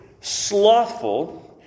Slothful